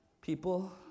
people